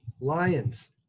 Lions